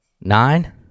Nine